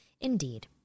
indeed